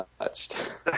touched